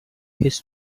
his